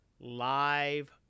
live